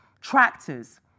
Tractors